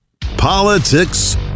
Politics